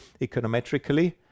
econometrically